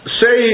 say